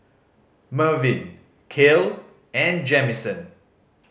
Mervin Kael and Jamison